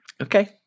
Okay